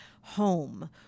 home